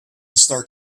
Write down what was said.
start